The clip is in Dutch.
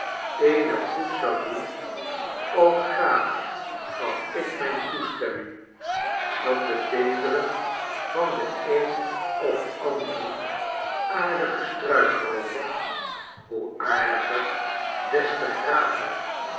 eenig goed zou doen o graag gaf ik mijn toestemming dat de beenderen van den een of anderen aardigen struikroover hoe aardiger des te grager